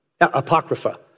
apocrypha